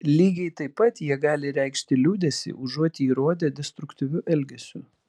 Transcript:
lygiai taip pat jie gali reikšti liūdesį užuot jį rodę destruktyviu elgesiu